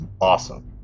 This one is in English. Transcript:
awesome